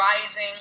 rising